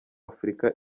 afurika